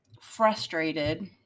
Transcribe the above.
frustrated